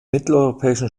mitteleuropäischen